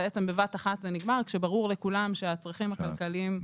בבת אחת זה נגמר כאשר ברור לכולם שהצרכים הכלכליים הם מאוד משמעותים.